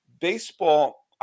Baseball